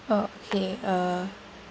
okay uh